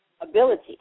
ability